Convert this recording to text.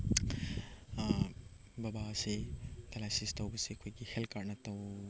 ꯕꯕꯥꯁꯤ dialysis ꯇꯧꯕꯁꯦ ꯑꯩꯈꯣꯏꯒꯤ health ꯀꯥꯔꯠꯅ ꯇꯧ